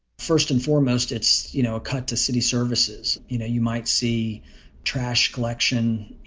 first and foremost, it's, you know, a cut to city services. you know, you might see trash collection. you